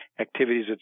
activities